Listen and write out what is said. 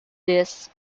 this